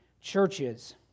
churches